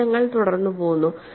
ശീലങ്ങൾ തുടർന്ന് പോന്നു